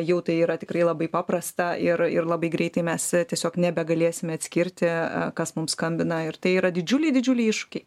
jau tai yra tikrai labai paprasta ir ir labai greitai mes tiesiog nebegalėsime atskirti kas mum skambina ir tai yra didžiuliai didžiuliai iššūkiai